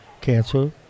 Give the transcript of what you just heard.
Cancer